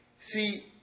See